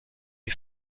les